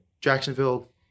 Jacksonville